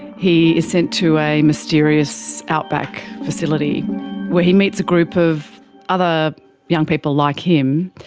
he is sent to a mysterious outback facility where he meets a group of other young people like him,